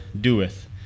doeth